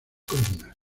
columnas